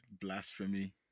blasphemy